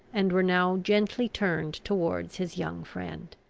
and were now gently turned towards his young friend.